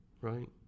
Right